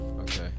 Okay